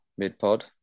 Mid-pod